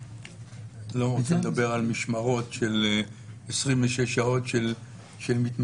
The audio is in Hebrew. אני לא רוצה לדבר על משמרות של 26 שעות של מתמחים.